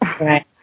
Right